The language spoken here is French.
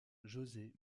josé